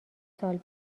سال